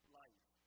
life